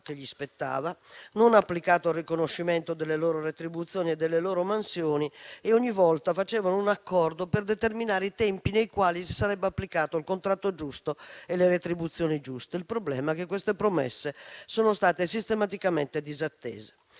che spettava loro, né il riconoscimento delle loro retribuzioni e delle loro mansioni e ogni volta facevano un accordo per determinare i tempi nei quali si sarebbero applicati il contratto e le retribuzioni giusti. Il problema è che queste promesse sono state sistematicamente disattese,